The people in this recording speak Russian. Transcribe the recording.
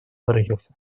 выразился